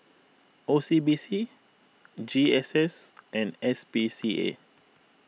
O C B C G S S and S P C A